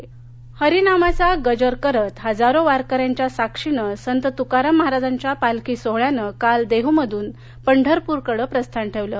पालखी हरिनामाचा गजर करत हजारो वारकऱ्यांच्या साक्षीनं संत तुकाराम महाराजांच्या पालखी सोहळ्यानं काल देहुमधून पंढरपूरकडे प्रस्थान ठेवलं